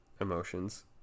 emotions